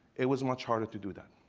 it was much harder to do that.